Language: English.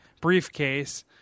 briefcase